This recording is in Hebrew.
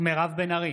מירב בן ארי,